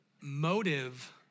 motive